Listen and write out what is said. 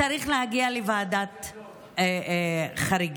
צריך להגיע לוועדת חריגים.